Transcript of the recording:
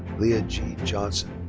leah jean johnson.